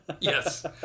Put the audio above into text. Yes